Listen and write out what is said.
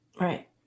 Right